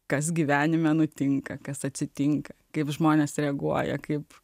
kas gyvenime nutinka kas atsitinka kaip žmonės reaguoja kaip